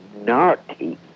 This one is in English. naughty